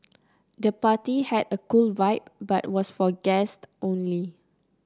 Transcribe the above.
the party had a cool vibe but was for guests only